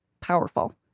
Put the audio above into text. powerful